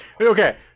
okay